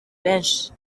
benshi